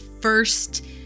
first